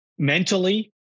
mentally